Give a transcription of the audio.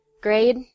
Grade